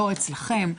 לא אצלכם,